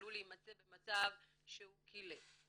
עלול להימצא במצב שהוא קילל.